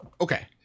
okay